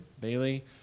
Bailey